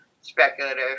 speculative